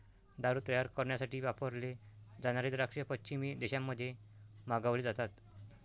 दारू तयार करण्यासाठी वापरले जाणारे द्राक्ष पश्चिमी देशांमध्ये मागवले जातात